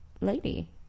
lady